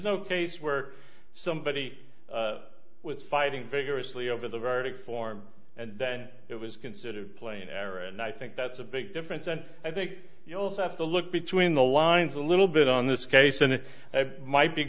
no case where somebody was fighting vigorously over the verdict form and then it was considered plain error and i think that's a big difference and i think you also have to look between the lines a little bit on this case and it might be